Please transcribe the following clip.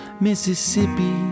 Mississippi